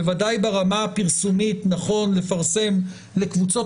בוודאי ברמה הפרסומית נכון לפרסם לקבוצות